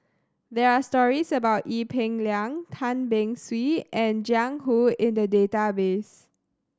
there are stories about Ee Peng Liang Tan Beng Swee and Jiang Hu in the database